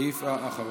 הסעיף האחרון.